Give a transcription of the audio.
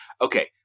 okay